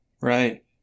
Right